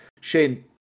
shane